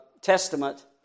Testament